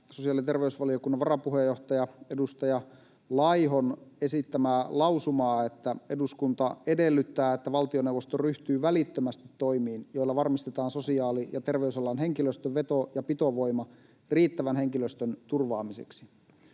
sosiaali- ja terveysvaliokunnan varapuheenjohtaja, edustaja Laihon esittämää lausumaa siitä, että eduskunta edellyttää valtioneuvoston ryhtyvän välittömästi toimiin, joilla varmistetaan sosiaali- ja terveysalan henkilöstön veto- ja pitovoima riittävän henkilöstön turvaamiseksi.